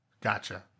gotcha